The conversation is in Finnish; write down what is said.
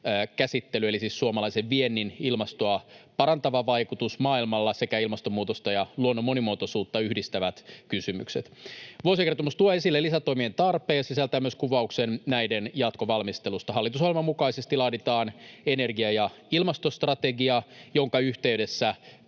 siis suomalaisen viennin ilmastoa parantava vaikutus maailmalla sekä ilmastonmuutosta ja luonnon monimuotoisuutta yhdistävät kysymykset. Vuosikertomus tuo esille lisätoimien tarpeen ja sisältää myös kuvauksen näiden jatkovalmistelusta. Hallitusohjelman mukaisesti laaditaan energia- ja ilmastostrategia, jonka yhteydessä